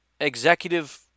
executive